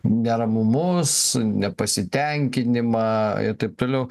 neramumus nepasitenkinimą ir taip toliau